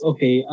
Okay